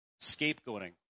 Scapegoating